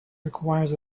requires